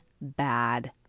bad